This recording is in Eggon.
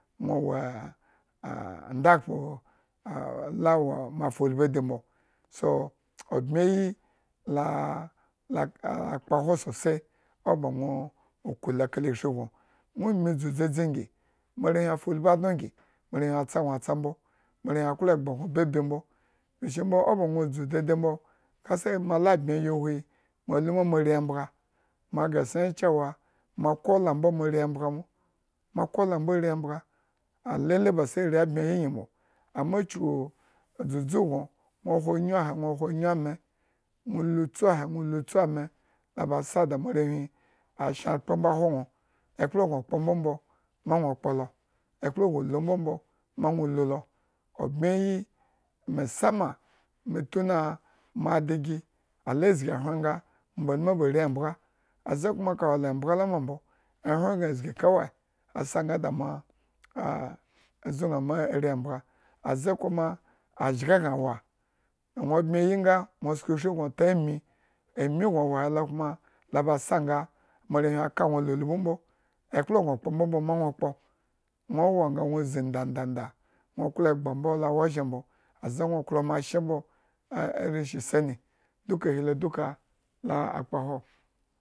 ah ndakhpo a la ma fulbidi mbo so, obmyeyi laa. a kpohwo sosai owo ba nwo akula kala eshri bono nwo mii dzii dzadzi ngi, moarewhi fulbi ngi, moarewhi atsa nwo atsaa mbo, moarewhi aklo egba gn o babi mbo chuku eshi mbo owoba nwo dzu daidai mbo kasai moala bmyeyi uhwi mo lu ma mo ari embga ma gresonyre cewa mo kola mbo mo ri embga mbo, mokola mbo ri embga ah lele ba sai are bmyeyi nyi mbo, anma chuku adzudzu gno nwo hwo anyu amee, nwo lu tsu ahe nwo lu tsu ame, la ba sa da moarewhi hi ashan akpro mbo hwo nwo ekpla gno kpo mbombo ma nwokpo lo, ekpla gno lu mbombo ma nwo ulu lo, obmyeyi maisama tuna moadigi ala zgi ehwren ma mi ba ri embga aze kuma ka wola embga la ma mbo ehwren gna zgi kawaiasa nga da da moa zu ña mari embga aze kuma ajge gna wa nwo bmyeyi nga nwo sko eshin gno ta amii ami gno walo he kuma la ba sa nga moarewhi aka la ulbi mbo, ekplo kpombombo ma lu ma nwo kpo klo egba mbo e rishin seni duka ohi lo duka.